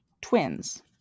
Twins